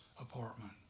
apartment